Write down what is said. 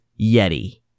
Yeti